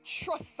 trust